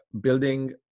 building